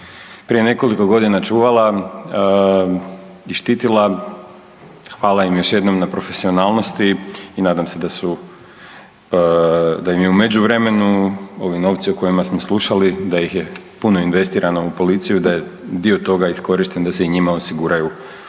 prije nekoliko godina čuvala i štitila. Hvala im još jednom na profesionalnosti i nadam se da su, da im je u međuvremenu ovi novci o kojima smo slušali da ih je puno investirano u policiju da je dio toga iskorišten da se i njima osiguraju